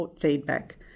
feedback